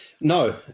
No